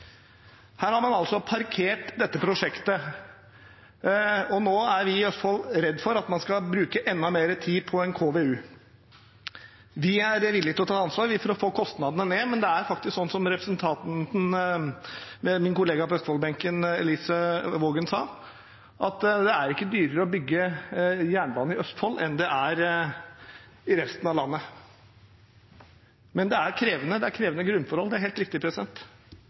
Her har man altså parkert dette prosjektet, og nå er vi i Østfold redd for at man skal bruke enda mer tid på en KVU. Vi er villige til å ta ansvar for å få kostnadene ned, men det er faktisk sånn som min kollega på østfoldbenken Elise Bjørnebekk-Waagen sa, at det ikke er dyrere å bygge jernbane i Østfold enn det er i resten av landet. Men det er krevende. Det er krevende grunnforhold, det er helt riktig,